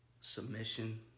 submission